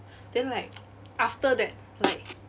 then like after that like